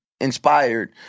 inspired